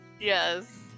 Yes